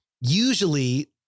Usually